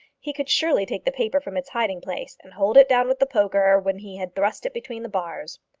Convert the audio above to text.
he could surely take the paper from its hiding-place and hold it down with the poker when he had thrust it between the bars.